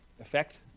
effect